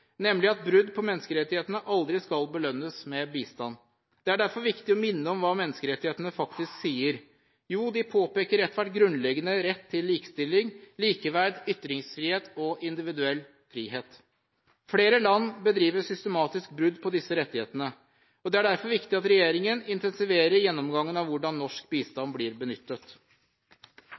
nemlig at brudd på menneskerettighetene aldri skal belønnes med bistand. Det er derfor viktig å minne om hva menneskerettighetene faktisk sier. De påpeker at ethvert menneske har grunnleggende rett til likestilling, likeverd, ytringsfrihet og individuell frihet. Flere land bedriver systematisk brudd på disse rettighetene. Det er derfor viktig at regjeringen intensiverer gjennomgangen av hvordan norsk bistand blir benyttet.